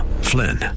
Flynn